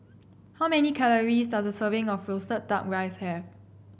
how many calories does a serving of roasted duck rice have